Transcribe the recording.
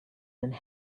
and